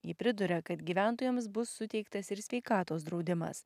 ji priduria kad gyventojams bus suteiktas ir sveikatos draudimas